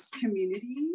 community